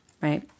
right